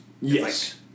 Yes